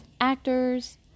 actors